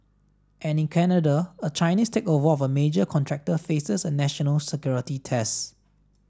and in Canada a Chinese takeover of a major contractor faces a national security test